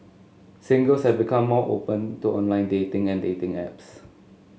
singles have become more open to online dating and dating apps